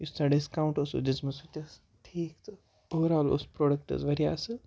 یُس تۄہہِ ڈِسکاوُنٛٹ ٲسوٕ دِژمٕژ ہُتٮ۪س ٹھیٖک تہٕ اوٚوَرآل اوس پرٛوڈَکٹ حظ واریاہ اَصٕل